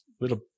little